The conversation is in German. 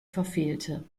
verfehlte